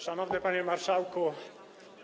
Szanowny Panie Marszałku!